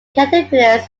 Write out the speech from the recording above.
caterpillars